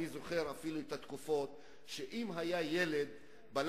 אני זוכר אפילו את התקופות שאם ילד היה הולך